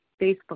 Facebook